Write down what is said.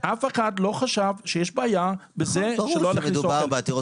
אף אחד לא חשב שיש בעיה בזה שלא מכניסים אוכל בפסח.